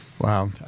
Wow